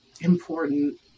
important